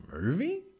movie